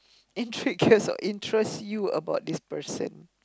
intrigues or interest you about this person